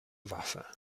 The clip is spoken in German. waffe